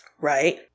Right